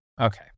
Okay